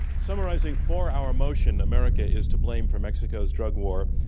summarizing for our motion, america is to blame for mexico's drug war,